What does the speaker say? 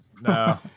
No